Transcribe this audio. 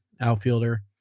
outfielder